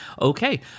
okay